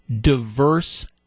diverse